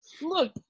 Look